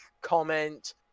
comment